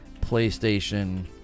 PlayStation